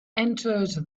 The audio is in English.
entered